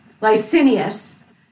licinius